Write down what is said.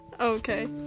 Okay